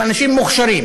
שהם אנשים מוכשרים,